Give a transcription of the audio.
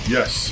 Yes